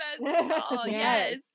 Yes